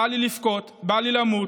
בא לי לבכות, בא לי למות,